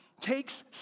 takes